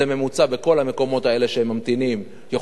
זה ממוצע בכל המקומות האלה שממתינים בהם,